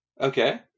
okay